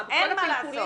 אבל אין מה לעשות.